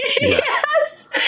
Yes